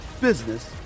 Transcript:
business